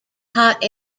hot